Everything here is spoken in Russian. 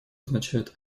означает